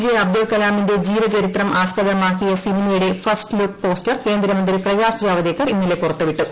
J Abdul കലാമിന്റെ ജീവചരിത്രം ആസ്പദമാക്കിയ സിനിമയുടെ ഫസ്റ്റ് ലുക്ക് പോസ്റ്റർ കേന്ദ്രമന്ത്രി പ്രകാശ് ജാവദേക്കർ ഇന്നലെ പുറത്തു വിട്ടു